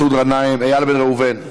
מסעוד גנאים, איל בן ראובן,